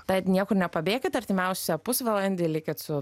tad niekur nepabėkit artimiausią pusvalandį likit su